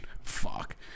fuck